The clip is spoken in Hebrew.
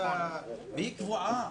והיא קבועה,